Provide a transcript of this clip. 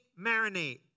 marinate